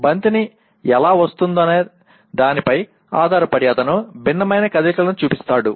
బంతి ఎలా వస్తోందనే దానిపై ఆధారపడి అతను భిన్నమైన కదలికలను చూపిస్తాడు